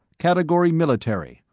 category military,